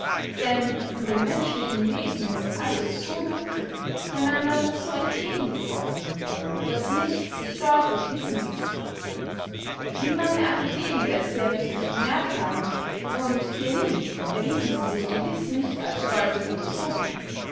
denn in dem menschlichen wesen ist alles so dunkel einander so entgegengesetzt daß nichts sich deutlich wissen läßt wie meine akademiker es sehr richtig bemerkt haben und hierinn erwiesen sie sich gewiß nicht als stolze philosophen